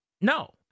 No